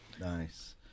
Nice